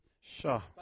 Sure